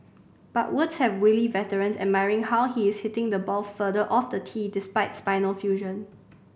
but Woods has wily veterans admiring how he is hitting the ball further off the tee despite spinal fusion